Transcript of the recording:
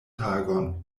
tagon